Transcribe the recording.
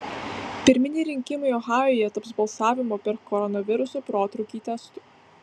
pirminiai rinkimai ohajuje taps balsavimo per koronaviruso protrūkį testu